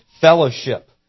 fellowship